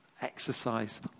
exercise